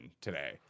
today